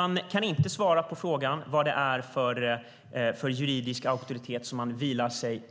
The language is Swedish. Man kan inte svara på frågan vad det är för juridisk auktoritet man vilar sig